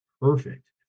perfect